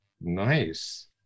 nice